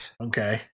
Okay